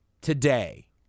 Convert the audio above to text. today